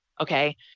okay